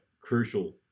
crucial